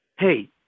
hey